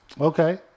Okay